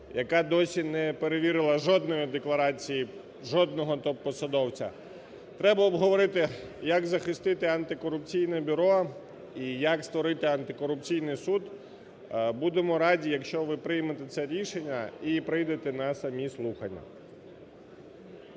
яка досі не перевірила жодної декларації жодного посадовця. Треба обговорити як захистити антикорупційне бюро і як створити антикорупційний суд. Будемо раді, якщо ви приймете це рішення і прийдете на самі слухання.